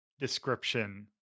description